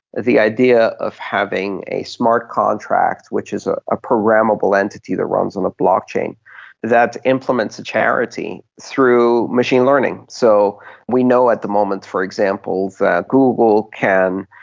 the idea of having a smart contract which is ah a programmable entity that runs on the blockchain that implements a charity through machine learning. so we know at the moment, for example, that google can,